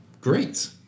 great